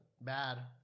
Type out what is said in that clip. bad